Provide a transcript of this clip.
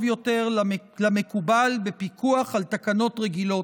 יותר למקובל בפיקוח על תקנות רגילות.